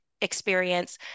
experience